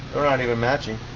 not even matching.